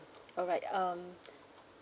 alright um